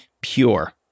Pure